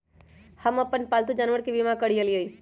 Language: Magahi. हम अप्पन पालतु जानवर के बीमा करअलिअई